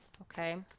okay